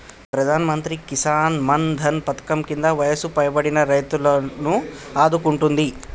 ప్రధానమంత్రి కిసాన్ మాన్ ధన్ పధకం కింద వయసు పైబడిన రైతులను ఆదుకుంటుంది